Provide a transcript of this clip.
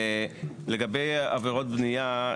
לגבי עבירות בניה,